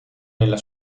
nella